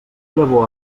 llavor